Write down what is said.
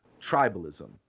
tribalism